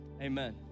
Amen